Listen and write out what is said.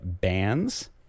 bands